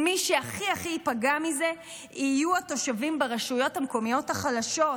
מי שהכי הכי ייפגע מזה יהיו התושבים ברשויות המקומיות החלשות,